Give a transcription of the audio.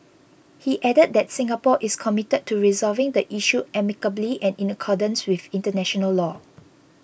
he added that Singapore is committed to resolving the issue amicably and in accordance with international law